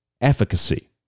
efficacy